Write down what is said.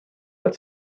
that